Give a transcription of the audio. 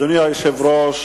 אדוני היושב-ראש,